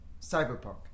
Cyberpunk